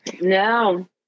No